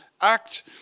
act